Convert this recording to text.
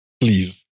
Please